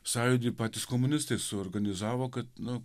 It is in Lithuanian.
sąjūdžiui patys komunistai suorganizavo kad nu